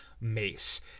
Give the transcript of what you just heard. mace